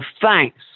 thanks